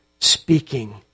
speaking